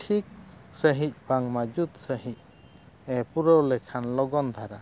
ᱴᱷᱤᱠ ᱥᱟᱺᱦᱤᱡ ᱵᱟᱝ ᱢᱟᱡᱽᱵᱩᱫᱽ ᱥᱟᱺᱦᱤᱡ ᱮ ᱯᱩᱨᱟᱹᱣ ᱞᱮᱠᱷᱟᱱ ᱞᱚᱜᱚᱱ ᱫᱷᱟᱨᱟ